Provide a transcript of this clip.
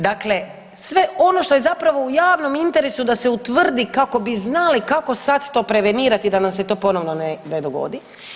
Dakle, sve ono što je zapravo u javnom interesu da se utvrdi kako bi znali kako sad to prevenirati da nam se to ponovo ne dogodi.